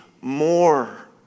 more